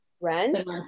rent